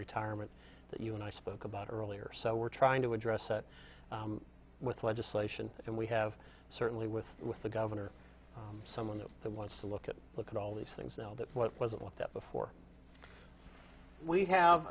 retirements that you and i spoke about earlier so we're trying to address that with legislation and we have certainly with with the governor someone that wants to look at look at all these things now that what was it like that before we have